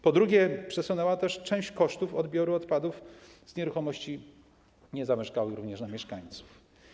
Po drugie, przesunęła też część kosztów odbioru odpadów z nieruchomości niezamieszkałych również na mieszkańców.